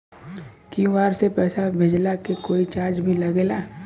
QR से पैसा भेजला के कोई चार्ज भी लागेला?